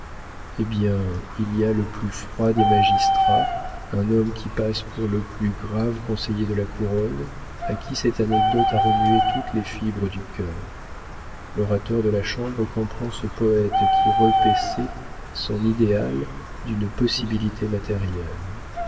eh bien il y a le plus froid des magistrats un homme qui passe pour le plus grave conseiller de la couronne à qui cette anecdote a remué toutes les fibres du cœur l'orateur de la chambre comprend ce poëte qui repaissait son idéal d'une possibilité matérielle